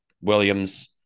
Williams